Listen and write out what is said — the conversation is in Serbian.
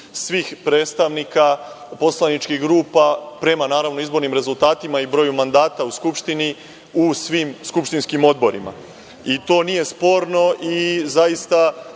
svih predstavnika poslaničkih grupa prema izbornim rezultatima i broju mandata u Skupštini u svim skupštinskim odborima. To nije sporno i zaista